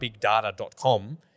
bigdata.com